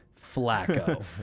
Flacco